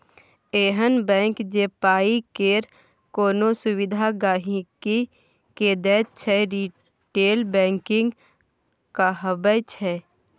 एहन बैंक जे पाइ केर कोनो सुविधा गांहिकी के दैत छै रिटेल बैंकिंग कहाबै छै